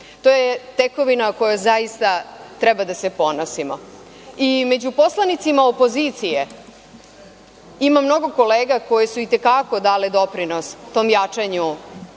to je tekovina kojom zaista treba da se ponosimo.Među poslanicima opozicije ima mnogo kolega koje su i te kako dale doprinos jačanju